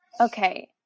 Okay